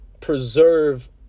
preserve